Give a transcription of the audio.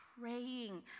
praying